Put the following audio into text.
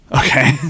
Okay